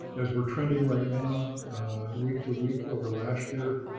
as we're trending right now week to week over last year,